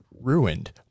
ruined